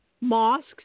mosques